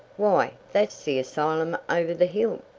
why that's the asylum over the hill!